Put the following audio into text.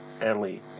early